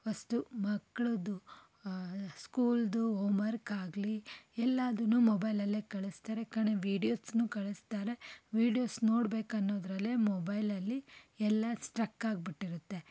ವಸ್ತು ಮಕ್ಕಳದು ಸ್ಕೂಲಿಂದು ಹೋಮ್ವರ್ಕಾಗಲಿ ಎಲ್ಲಾದನ್ನೂ ಮೊಬೈಲಲ್ಲೇ ಕಳಿಸ್ತಾರೆ ಕಣೆ ವೀಡ್ಯೋಸನ್ನೂ ಕಳಿಸ್ತಾರೆ ವೀಡಿಯೋಸ್ ನೋಡ್ಬೇಕು ಅನ್ನೋದರಲ್ಲೇ ಮೊಬೈಲಲ್ಲಿ ಎಲ್ಲ ಸ್ಟ್ರಕ್ಕಾಗ್ಬಿಟ್ಟಿರುತ್ತೆ